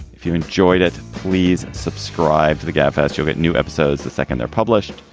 if you enjoyed it, please subscribe to the gabfests. you'll get new episodes the second they're published.